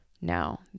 now